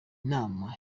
nama